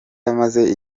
amaze